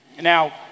Now